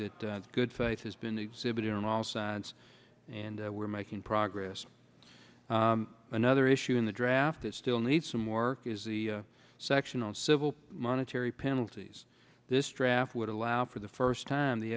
that good faith has been exhibited on all sides and we're making progress another issue in the draft that still need some work is the section on civil monetary penalties this trap would allow for the first time the